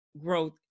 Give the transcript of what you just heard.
growth